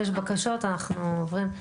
יש בקשות, אנחנו עוברים.